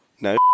No